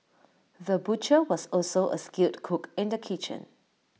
the butcher was also A skilled cook in the kitchen